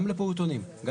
גם לפעוטונים.